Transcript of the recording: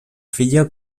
filla